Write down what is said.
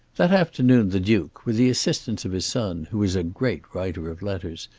that afternoon the duke, with the assistance of his son, who was a great writer of letters,